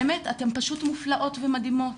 אתן פשוט מופלאות ומדהימות.